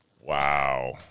wow